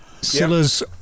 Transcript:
Silla's